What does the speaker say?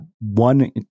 One